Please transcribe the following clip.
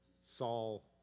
Saul